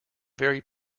very